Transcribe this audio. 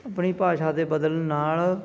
ਆਪਣੀ ਭਾਸ਼ਾ ਦੇ ਬਦਲਣ ਨਾਲ